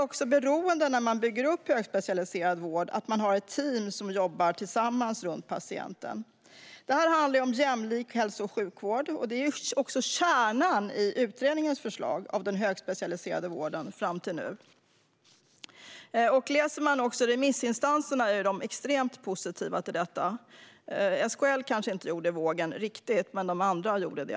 När man bygger upp högspecialiserad vård är man beroende av att ha ett team som jobbar tillsammans runt patienten. Det handlar om jämlik hälso och sjukvård. Det är också kärnan i utredningen om den högspecialiserade vården fram till nu. Remissinstanserna är också extremt positiva till detta. SKL gjorde kanske inte riktigt vågen, men de andra gjorde det.